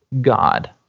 God